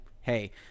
hey